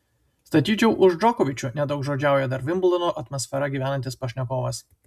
statyčiau už džokovičių nedaugžodžiauja dar vimbldono atmosfera gyvenantis pašnekovas